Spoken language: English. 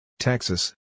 Texas